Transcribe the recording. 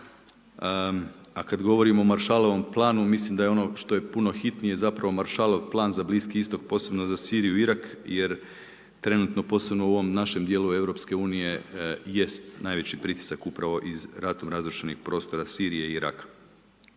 A kad govorimo o Maršalovom planu, mislim da je ono što je puno hitnije, zapravo, Maršalov plan za Bliski Istok, posebno za Siriju i Irak jer trenutno, posebno u ovom našem dijelu EU jest najveći pritisak iz ratom razrušenih prostora Sirije i Iraka.